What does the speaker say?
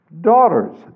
daughters